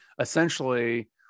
essentially